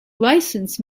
license